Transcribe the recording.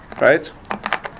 right